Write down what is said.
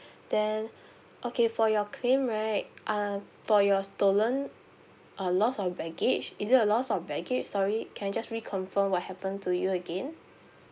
then okay for your claim right uh for your stolen uh loss of baggage is it a loss of baggage sorry can I just reconfirm what happened to you again